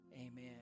amen